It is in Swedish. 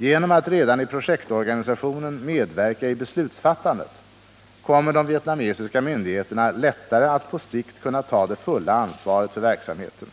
Genom att redan i projektorganisationen medverka i beslutsfattandet kommer de vietnamesiska myndigheterna att på sikt lättare kunna ta det fulla ansvaret för verksamheten.